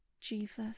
Jesus